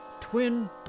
Twin